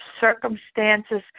circumstances